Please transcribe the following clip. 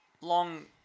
Long